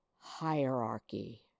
hierarchy